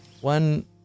one